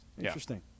Interesting